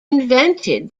invented